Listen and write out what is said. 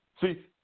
See